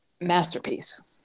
masterpiece